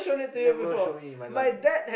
never showing it in my life